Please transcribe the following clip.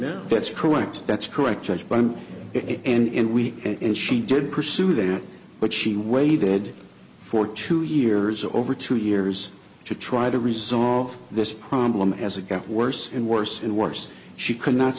now that's correct that's correct yes but on it and we and she did pursue that but she waited for two years over two years to try to resolve this problem as it got worse and worse and worse she cannot